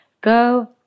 go